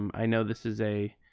um i know this is a